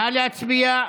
נא להצביע.